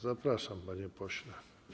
Zapraszam, panie pośle.